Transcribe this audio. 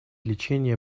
лечение